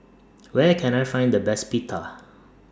Where Can I Find The Best Pita